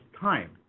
time